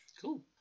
cool